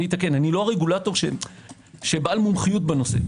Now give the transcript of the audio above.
אני לא הרגולטור בעל המומחיות בנושא.